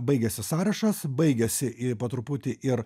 baigiasi sąrašas baigiasi i po truputį ir